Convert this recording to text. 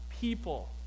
people